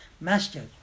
Master